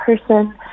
person